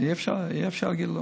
שאי-אפשר להגיד לא.